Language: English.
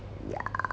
ya